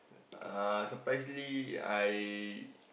uh surprisingly I